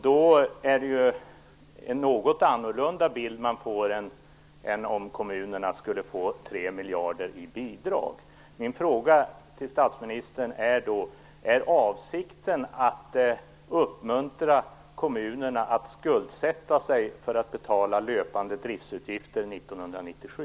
Då är det ju en något annorlunda bild man får, än om kommunerna skulle få 3 miljarder i bidrag. Min fråga till statsministern är då: Är avsikten att uppmuntra kommunerna att skuldsätta sig för att betala löpande driftsutgifter 1997?